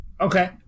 Okay